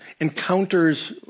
encounters